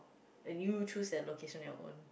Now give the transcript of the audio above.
and you choose at location your own